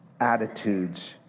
attitudes